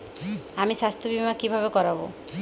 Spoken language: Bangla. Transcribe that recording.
আমি স্বাস্থ্য বিমা কিভাবে করাব?